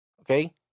Okay